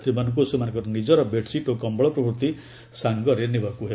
ଯାତ୍ରୀମାନଙ୍କୁ ସେମାନଙ୍କର ନିକର ବେଡ୍ସିଟ୍ ଓ କମ୍ବଳ ପ୍ରଭୂତି ସାଙ୍ଗରେ ନେବାକୁ ହେବ